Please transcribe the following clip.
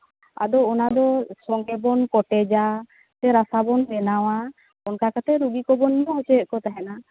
ᱟᱫᱚ ᱚᱱᱟ ᱫᱚ ᱥᱚᱸᱜᱮ ᱵᱚᱱ ᱠᱚᱴᱮᱡᱟ ᱥᱮ ᱨᱟᱥᱟ ᱵᱚᱱ ᱵᱮᱱᱟᱣᱟ ᱚᱱᱠᱟ ᱠᱟᱛᱮ ᱨᱩᱜᱤ ᱠᱚ ᱡᱚᱢᱼᱧᱩ ᱦᱚᱪᱚᱭᱮᱫ ᱠᱚ ᱛᱟᱦᱮᱱᱟ